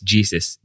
Jesus